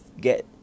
get